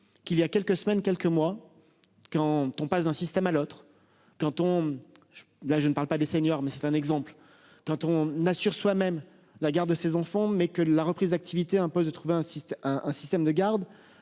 qu'il y a quelques semaines, quelques mois quand on passe d'un système à l'autre canton. Je, là je ne parle pas des seniors mais c'est un exemple, quand on a sur soi-même la garde de ses enfants mais que la reprise d'activité, un poste de trouver un site, un,